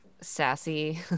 sassy